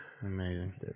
Amazing